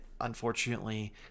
unfortunately